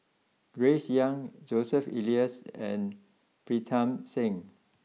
Grace young Joseph Elias and Pritam Singh